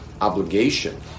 obligation